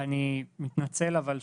אני מתנצל אבל שוב,